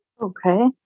okay